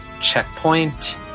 checkpoint